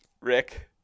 Rick